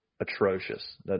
atrocious